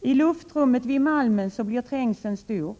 I luftrummet vid Malmen blir trängseln stor.